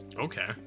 Okay